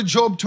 Job